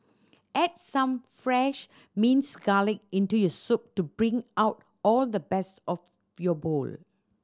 add some fresh minced garlic into your soup to bring out all the best of your bowl